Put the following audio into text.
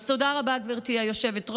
אז תודה רבה, גברתי היושבת-ראש.